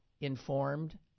informed